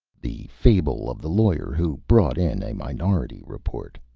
the fable of the lawyer who brought in a minority report